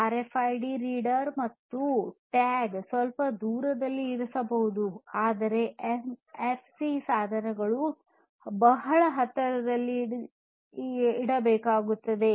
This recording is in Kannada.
ಆರ್ಎಫ್ಐಡಿ ರೀಡರ್ ಮತ್ತು ಟ್ಯಾಗ್ ಸ್ವಲ್ಪ ದೂರದಲ್ಲಿ ಇರಿಸಬಹುದು ಆದರೆ ಎನ್ಎಫ್ಸಿ ಸಾಧನಗಳನ್ನು ಬಹಳ ಹತ್ತಿರದಲ್ಲಿ ಇಡಬೇಕಾಗುತ್ತದೆ